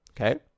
Okay